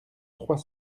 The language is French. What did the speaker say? trois